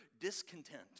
discontent